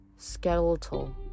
Skeletal